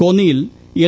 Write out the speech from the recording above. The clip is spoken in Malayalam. കോന്നിയിൽ എൽ